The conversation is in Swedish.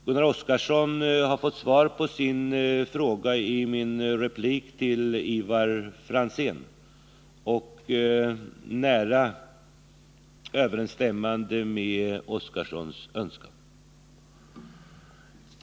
Gunnar Oskarson har fått svar på sin fråga i min replik till Ivar Franzén, nära överensstämmande med herr Oskarsons önskan.